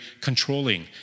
controlling